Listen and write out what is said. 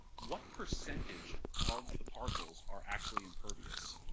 what percentage of the parcels are actually impervious?